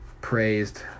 praised